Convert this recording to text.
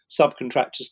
subcontractors